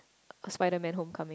Spiderman homecoming